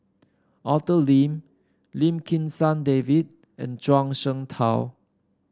Arthur Lim Lim Kim San David and Zhuang Shengtao